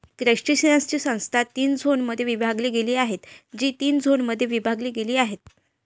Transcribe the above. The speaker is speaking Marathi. क्रस्टेशियन्सची संस्था तीन झोनमध्ये विभागली गेली आहे, जी तीन झोनमध्ये विभागली गेली आहे